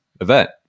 event